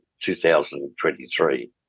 2023